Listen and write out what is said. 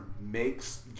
makes